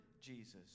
Jesus